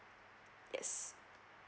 yes